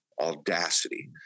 audacity